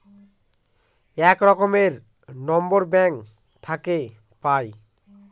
এক রকমের number bank থাকে পাই